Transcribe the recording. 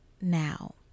now